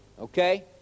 okay